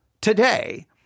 today